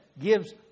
gives